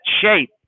shape